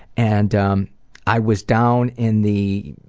and um i was down in the,